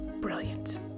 Brilliant